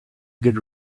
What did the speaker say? good